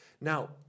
Now